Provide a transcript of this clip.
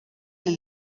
les